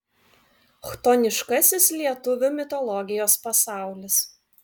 chtoniškasis lietuvių mitologijos pasaulis